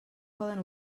poden